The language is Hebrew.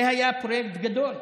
זה היה פרויקט גדול,